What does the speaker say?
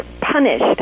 punished